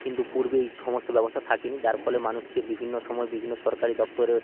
এবং কিন্তু পূর্বে এই সমস্ত ব্যবস্থা থাকেনি যার ফলে মানুষকে বিভিন্ন সময়ে বিভিন্ন সরকারি দফতরে